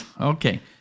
Okay